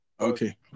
Okay